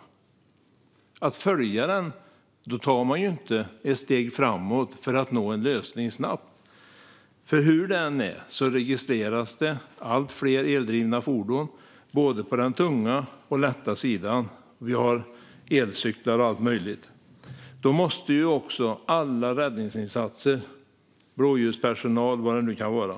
Om man följer den tar man inte ett steg framåt för att nå en lösning snabbt. För hur det än är registreras det allt fler eldrivna fordon, både på den tunga och på den lätta sidan. Vi har också elcyklar och allt möjligt. Då måste också alla räddningsinsatser, blåljuspersonal och så vidare,